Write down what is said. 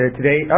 today